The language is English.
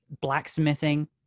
blacksmithing